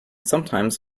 sometimes